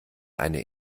eine